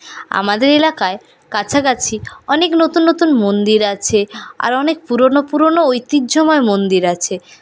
আমাদের এলাকায় কাছাকাছি অনেক নতুন নতুন মন্দির আছে আরও অনেক পুরোনো পুরোনো ঐতিহ্যময় মন্দির আছে